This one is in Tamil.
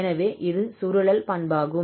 எனவே இது சுருளல் பண்பாகும்